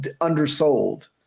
undersold